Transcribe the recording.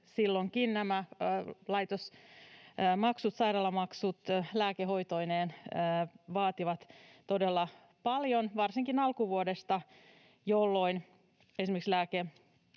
laitosmaksut, sairaalamaksut lääkehoitoineen, vaativat todella paljon, varsinkin alkuvuodesta, jolloin esimerkiksi lääkekatto ei